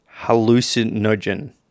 Hallucinogen